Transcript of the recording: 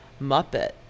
Muppet